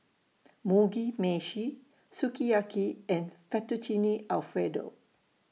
Mugi Meshi Sukiyaki and Fettuccine Alfredo